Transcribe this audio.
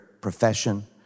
profession